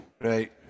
Right